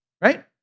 right